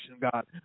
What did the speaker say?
God